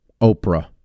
Oprah